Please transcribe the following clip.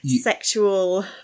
sexual